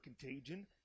Contagion